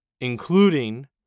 including